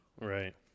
Right